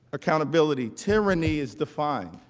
accountability tyranny is the fun